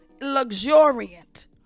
luxuriant